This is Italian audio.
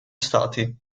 stati